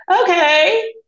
Okay